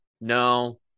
no